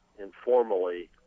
informally